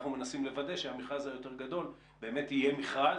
אנחנו מנסים לוודא שהמכרז היותר גדול באמת יהיה מכרז,